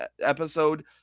episode